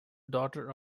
daughter